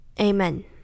Amen